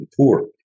poor